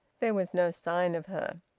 there was no sign of her.